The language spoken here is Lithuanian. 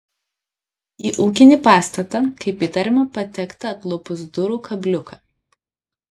į ūkinį pastatą kaip įtariama patekta atlupus durų kabliuką